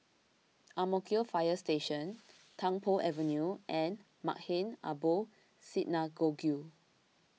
Ang Mo Kio Fire Station Tung Po Avenue and Maghain Aboth Synagogue